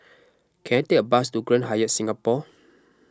can I take a bus to Grand Hyatt Singapore